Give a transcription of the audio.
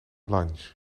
blanche